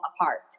apart